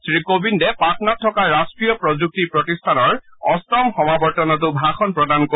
শ্ৰী কোবিন্দে পাটনাত থকা ৰাষ্ট্ৰীয় প্ৰযুক্তি প্ৰতিষ্ঠানৰ অষ্টম সমাৱৰ্তনতো ভাষণ প্ৰদান কৰিব